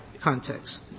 context